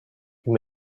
you